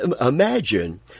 Imagine